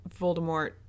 Voldemort